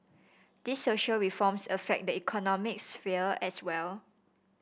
these social reforms affect the economic sphere as well